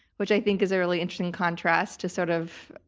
which i think is a really interesting contrast to sort of.